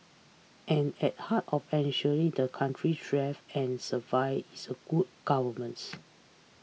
and at the heart of ensuring the country thrive and survive is good governance